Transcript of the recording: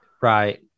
right